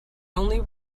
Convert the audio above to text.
only